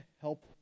help